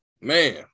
Man